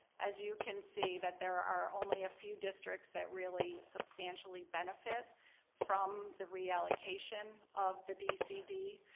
as you can see that there are only a few districts that really substantially benefit from the reallocation of the dcd.